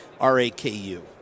R-A-K-U